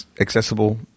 accessible